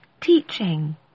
teaching